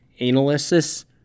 analysis